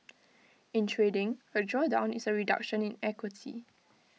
in trading A drawdown is A reduction in equity